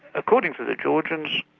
according to the georgians,